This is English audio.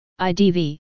IDV